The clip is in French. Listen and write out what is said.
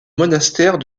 monastère